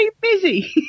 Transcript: busy